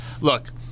look